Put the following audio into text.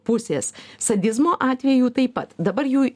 pusės sadizmo atvejų taip pat dabar jų